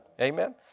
Amen